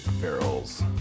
barrels